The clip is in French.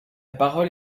parole